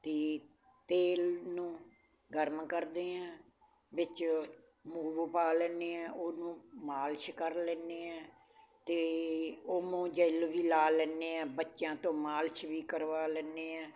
ਅਤੇ ਤੇਲ ਨੂੰ ਗਰਮ ਕਰਦੇ ਹਾਂ ਵਿੱਚ ਮੂਵ ਪਾ ਲੈਂਦੇ ਹਾਂ ਉਹਨੂੰ ਮਾਲਿਸ਼ ਕਰ ਲੈਂਦੇ ਹਾਂ ਅਤੇ ਓਮੋ ਜੈਲ ਵੀ ਲਾ ਲੈਂਦੇ ਹਾਂ ਬੱਚਿਆਂ ਤੋਂ ਮਾਲਿਸ਼ ਵੀ ਕਰਵਾ ਲੈਂਦੇ ਹਾਂ